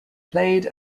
played